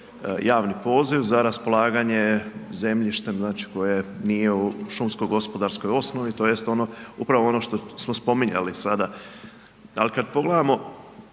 javni poziv za raspolaganje zemljištem znači koje nije u šumsko-gospodarskoj osnovi tj. ono upravo ono što smo spominjali sada. Ali kad pogledamo,